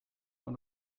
oder